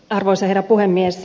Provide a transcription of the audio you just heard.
arvoisa herra puhemies